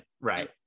right